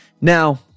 Now